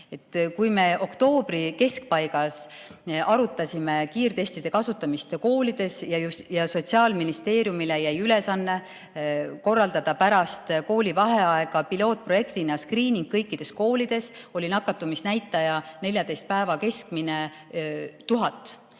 Kui me oktoobri keskpaigas arutasime kiirtestide kasutamist koolides ja Sotsiaalministeeriumile jäi ülesanne korraldada pärast koolivaheaega pilootprojektina skriining kõikides koolides, oli nakatumisnäitaja, 14 päeva keskmine 1000.